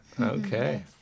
Okay